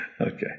Okay